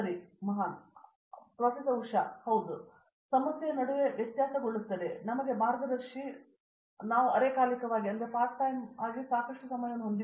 ಉಷಾ ಮೋಹನ್ ಆದ್ದರಿಂದ ಒಮ್ಮೆ ಅದು ಅದು ಸಮಸ್ಯೆಯ ನಡುವೆ ವ್ಯತ್ಯಾಸಗೊಳ್ಳುತ್ತದೆ ನಮಗೆ ಮಾರ್ಗದರ್ಶಿ ನಾವು ಅರೆಕಾಲಿಕವಾಗಿ ಸಾಕಷ್ಟು ಸಮಯವನ್ನು ಹೊಂದಿದ್ದೇವೆ